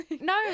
No